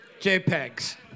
JPEGs